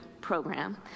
Program